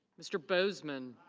mr. boseman.